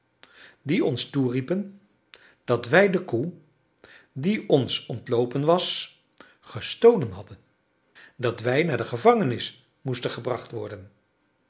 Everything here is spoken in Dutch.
die ons toeriepen dat wij de koe die ons ontloopen was gestolen hadden dat wij naar de gevangenis moesten gebracht worden